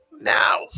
now –